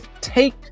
take